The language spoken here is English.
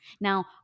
Now